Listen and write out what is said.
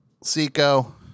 seco